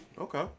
Okay